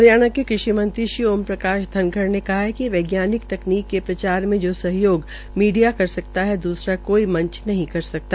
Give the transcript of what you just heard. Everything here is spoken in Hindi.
हरियाणा के कृषि मंत्री श्री ओम प्रकाश धनखड़ ने कहा है कि वैज्ञानिक तकनीक के प्रचार मे जो सहयोग मीडिया कर सकता है दूसरा कोई मंच नहीं कर सकता